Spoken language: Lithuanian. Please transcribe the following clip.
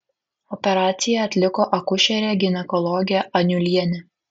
operaciją atliko akušerė ginekologė aniulienė